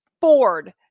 Ford